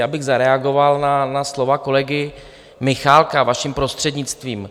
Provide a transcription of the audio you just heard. Já bych zareagoval na slova kolegy Michálka, vaším prostřednictvím.